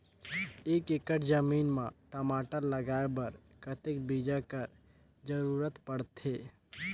एक एकड़ जमीन म टमाटर लगाय बर कतेक बीजा कर जरूरत पड़थे?